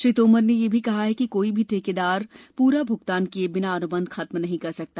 श्री तोमर ने यह भी कहा कि कोई भी ठेकेदार पूरा भ्गतान किए बिना अन्बंध खत्म नहीं सकता